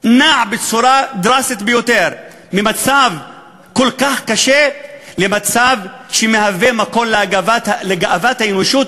נע בצורה דרסטית ביותר ממצב כל כך קשה למצב שמהווה מקור לגאוות האנושות,